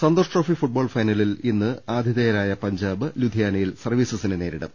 Santhosh trophy football ഫൈനലിൽ ഇന്ന് ആതി ഥേയരായ പഞ്ചാബ് ലുധിയാനയിൽ സർവ്വീസസിനെ നേരി ടും